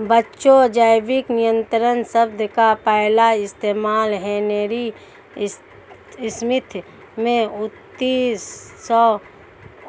बच्चों जैविक नियंत्रण शब्द का पहला इस्तेमाल हेनरी स्मिथ ने उन्नीस सौ